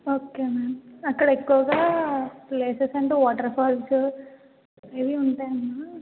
okay ma'am అక్కడ ఎక్కువగా places అంటే వాటర్ఫాల్సు ఇవీ ఉంటాయమ్మా